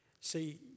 see